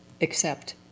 accept